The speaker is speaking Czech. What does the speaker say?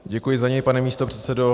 Děkuji za něj, pane místopředsedo.